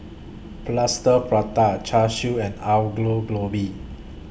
Plaster Prata Char Siu and Aloo Gobi